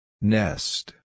Nest